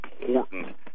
important